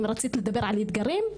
אם רצית לדבר על אתגרים,